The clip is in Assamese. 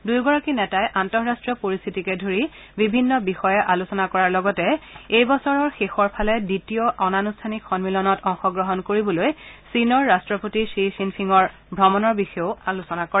দুয়োগৰাকী নেতাই আন্তঃৰট্টীয় পৰিস্থিতিকে ধৰি বিভিন্ন বিষয়ে আলোচনা কৰাৰ লগতে এই বছৰৰ শেষৰফালে দ্বিতীয় অনানুষ্ঠানিক সন্মিলনত অংশগ্ৰহণ কৰিবলৈ চীনৰ ৰাষ্ট্ৰপতি শ্বি শ্বিনফিঙৰ ভ্ৰমণৰ বিষয়েও আলোচনা কৰে